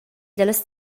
dallas